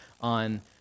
on